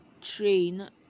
train